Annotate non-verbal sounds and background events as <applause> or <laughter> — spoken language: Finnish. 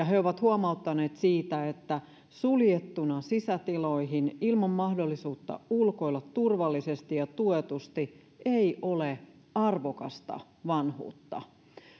<unintelligible> he ovat huomauttaneet siitä että suljettuna sisätiloihin ilman mahdollisuutta ulkoilla turvallisesti ja tuetusti ei ole arvokasta vanhuutta